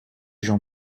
jean